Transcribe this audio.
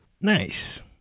nice